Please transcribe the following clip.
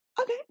okay